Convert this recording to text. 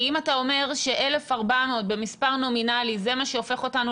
כי אם אתה אומר ש-1,400 במספר נומינלי זה מה שהופך אותנו